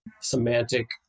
semantic